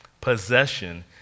possession